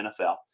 NFL